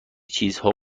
چیزها